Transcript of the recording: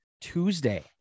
Tuesday